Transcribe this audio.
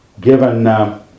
given